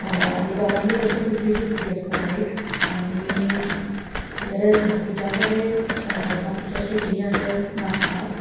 आनी दोगांय भितर तो फिफ्टी फिफ्टी आसता रायट आनी वेरएज बाकींच्या कडेन बाकींच्या स्टॅटींनीं अशें नासता